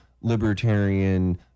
libertarian